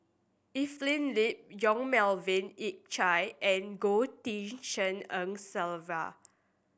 Evelyn Lip Yong Melvin Yik Chye and Goh Tshin En Sylvia